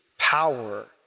Power